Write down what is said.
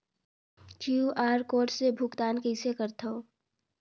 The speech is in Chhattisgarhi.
क्यू.आर कोड से भुगतान कइसे करथव?